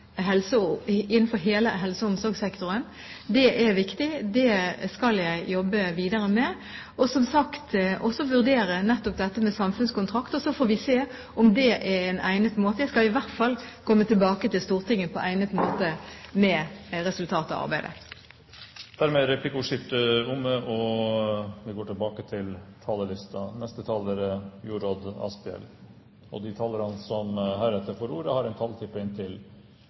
og denne sektorens rolle innenfor hele helse- og omsorgssektoren er viktig. Det skal jeg jobbe videre med. Som sagt skal jeg også vurdere nettopp dette med samfunnskontrakt, og så får vi se om det er en egnet måte. Jeg skal i hvert fall komme tilbake til Stortinget på egnet måte med resultatet av arbeidet. Replikkordskiftet er dermed omme. De talere som heretter får ordet, har en taletid på inntil 3 minutter. Det er et viktig tema som